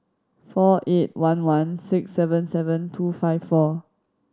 four eight one one six seven seven two five four